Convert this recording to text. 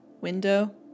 window